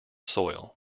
soil